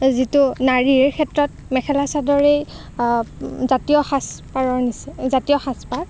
যিটো নাৰীৰ ক্ষেত্ৰত মেখেলা চাদৰেই জাতীয় সাজ পাৰৰ নিচিনা জাতীয় সাজ পাৰ